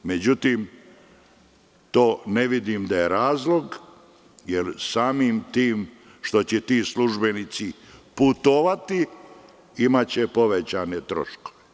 Međutim ne vidim da je to razlog, jer samim tim što će ti službenici putovati, imaće povećane troškove.